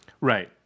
Right